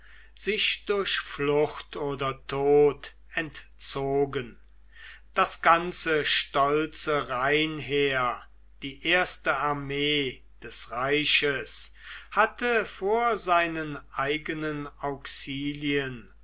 sich durch flucht oder tod entzogen das ganze stolze rheinheer die erste armee des reiches hatte vor seinen eigenen